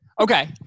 okay